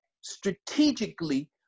strategically